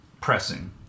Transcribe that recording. pressing